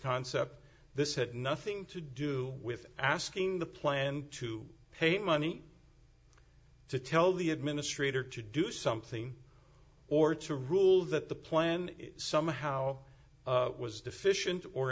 concept this had nothing to do with asking the plan to pay money to tell the administrator to do something or to rule that the plan somehow was deficient or